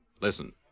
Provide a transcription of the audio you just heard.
Listen